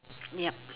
yup